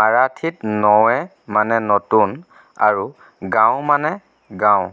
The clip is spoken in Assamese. মাৰাঠীত নৱে মানে নতুন আৰু গাঁও মানে গাঁও